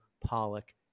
Pollock